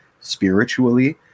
spiritually